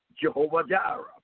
Jehovah-Jireh